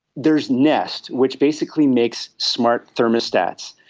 there's nest, which basically makes smart thermostats.